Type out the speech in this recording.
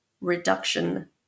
reduction